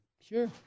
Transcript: Sure